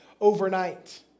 overnight